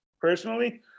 personally